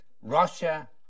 Russia